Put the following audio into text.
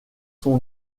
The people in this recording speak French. son